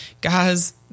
Guys